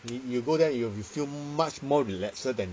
if you go there you will feel much more relaxed than